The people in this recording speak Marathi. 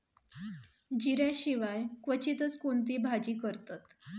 जिऱ्या शिवाय क्वचितच कोणती भाजी करतत